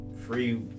free